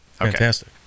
Fantastic